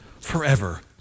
forever